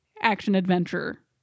action-adventure